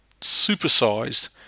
supersized